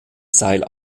seil